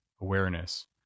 awareness